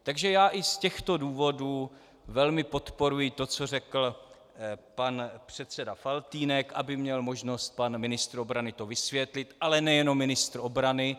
Takže já i z těchto důvodů velmi podporuji to, co řekl pan předseda Faltýnek, aby měl možnost pan ministr obrany to vysvětlit, ale nejenom ministr obrany.